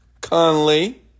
Conley